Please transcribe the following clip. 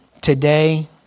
today